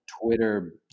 Twitter